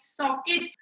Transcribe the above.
socket